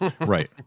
Right